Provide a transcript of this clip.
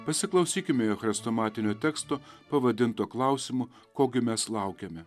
pasiklausykime jo chrestomatinio teksto pavadinto klausimu kogi mes laukiame